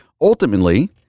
ultimately